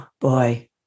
Boy